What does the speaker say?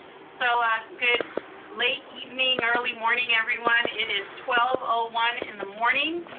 so good late evening, early morning everyone, it is twelve ah one in the morning.